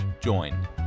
join